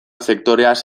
sektoreaz